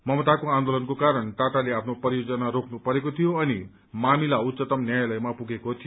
ममताको आन्दोलनको कारण टाटाले आफ्नो परियोजना रोक्नु परेको थियो अनि मामिला उच्चतम न्यायालयमा पुगेको थियो